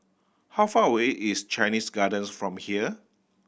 how far away is Chinese Garden from here